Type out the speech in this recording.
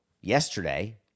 yesterday